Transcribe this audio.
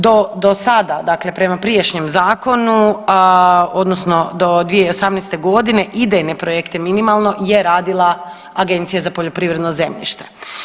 Do, do sada dakle prema prijašnjem zakonu odnosno do 2018. godine idejne projekte minimalno je radila Agencija za poljoprivredno zemljišta.